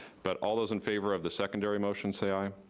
but all those in favor of the secondary motion, say aye.